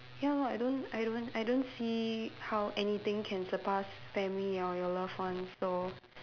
ya lor I don't I don't I don't see how anything can surpass family or your loved ones so